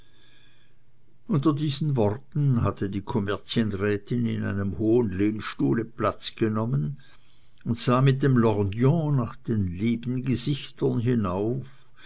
unter diesen worten hatte die kommerzienrätin in einem hohen lehnstuhle platz genommen und sah mit dem lorgnon nach den lieben gesichtern hinauf